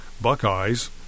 Buckeyes